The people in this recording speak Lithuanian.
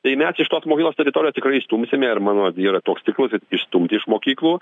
tai mes iš tos mokyklos teritorijos tikrai išstumsime ir mano yra toks tikslas išstumti iš mokyklų